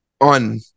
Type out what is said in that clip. on